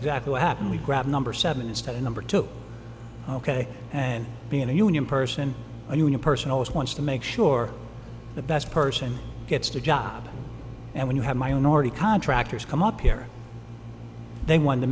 exactly what happened we grabbed number seven instead of number two ok and being a union person i knew when a person always wants to make sure the best person gets to job and when you have my own already contractors come up here they wanted to